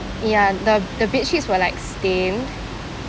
ya the the bedsheets were like stained